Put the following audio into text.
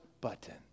button